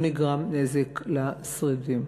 לא נגרם נזק לשרידים.